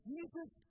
Jesus